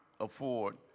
afford